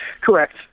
Correct